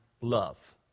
love